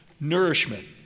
nourishment